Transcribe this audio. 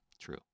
true